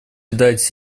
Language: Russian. дать